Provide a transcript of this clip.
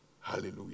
Hallelujah